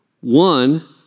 One